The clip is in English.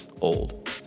old